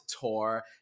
tour